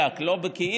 בתבונה